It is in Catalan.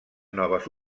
noves